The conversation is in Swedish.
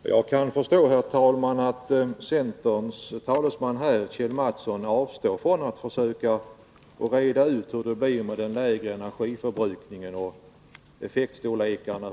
Herr talman! Jag kan förstå att centerns talesman Kjell Mattsson avstår 14 december 1982 från att försöka reda ut hur det blir med den lägre energiförbrukningen,